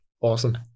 Awesome